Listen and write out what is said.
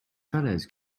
fellows